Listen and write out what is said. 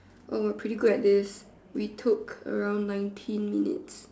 oh we're pretty good at this we took around nineteen minutes